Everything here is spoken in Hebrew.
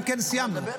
אם כן, סיימנו.